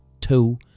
two